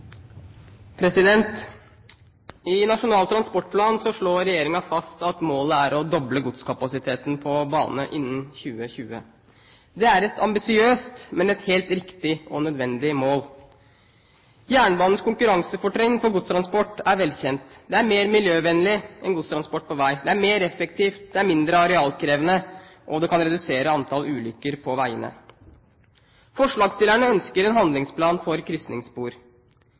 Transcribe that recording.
et ambisiøst, men et helt riktig og nødvendig mål. Jernbanens konkurransefortrinn for godstransport er velkjent. Det er mer miljøvennlig enn godstransport på vei. Det er mer effektivt, det er mindre arealkrevende, og det kan redusere antall ulykker på veiene. Forslagsstillerne ønsker en handlingsplan for